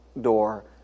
door